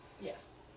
Yes